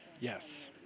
Yes